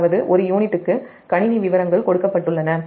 அதாவது ஒரு யூனிட்டுக்கு கணினி விவரங்கள் கொடுக்கப்பட்டுள்ளன